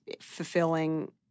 fulfilling